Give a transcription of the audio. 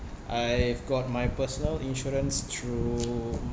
I've got my personal insurance through